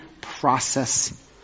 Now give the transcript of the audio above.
process